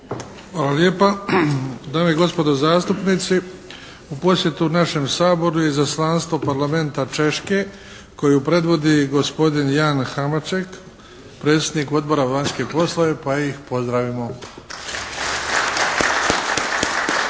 Hvala lijepa. Dame i gospodo zastupnici u posjetu našem Saboru je izaslanstvo Parlamenta Češke koju predvodi gospodin Jan Hamaček, predsjednik Odbora za vanjske poslove pa ih pozdravimo.